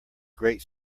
great